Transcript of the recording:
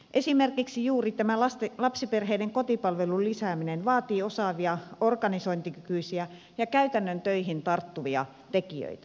esimerkiksi juuri tämä lapsiperheiden kotipalvelun lisääminen vaatii osaavia organisointikykyisiä ja käytännön töihin tarttuvia tekijöitä